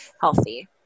healthy